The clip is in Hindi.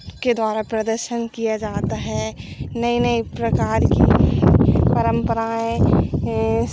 के द्वारा प्रदर्शन किया जाता है नए नए प्रकार की परम्पराएँ